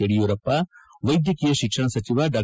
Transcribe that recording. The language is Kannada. ಯಡಿಯೂರಪ್ಪ ವೈದ್ಯಕೀಯ ಶಿಕ್ಷಣ ಸಚಿವ ಡಾ